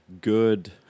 good